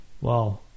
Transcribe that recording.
Wow